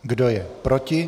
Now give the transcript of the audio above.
Kdo je proti?